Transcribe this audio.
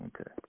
Okay